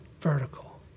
Vertical